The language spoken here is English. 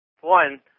One